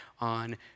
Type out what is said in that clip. on